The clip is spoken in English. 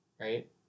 right